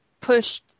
pushed